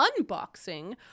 unboxing